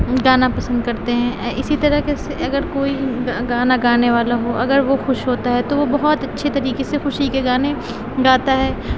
گانا پسند کرتے ہیں اسی طریقے سے اگر کوئی گانا گانے والا ہو اگر وہ خوش ہوتا ہے تو وہ بہت اچھے طریقے سے خوشی کے گانے گاتا ہے